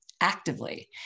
actively